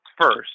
first